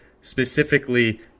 specifically